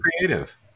creative